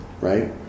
right